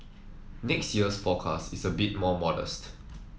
next year's forecast is a bit more modest